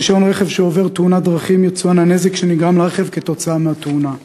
ברישיון רכב שעובר תאונת דרכים יצוין הנזק שנגרם לרכב כתוצאה מהתאונה.